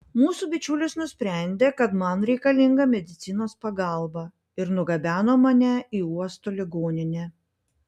mūsų bičiulis nusprendė kad man reikalinga medicinos pagalba ir nugabeno mane į uosto ligoninę